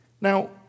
Now